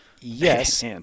yes